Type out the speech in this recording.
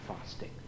fasting